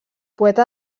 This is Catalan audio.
poeta